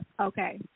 Okay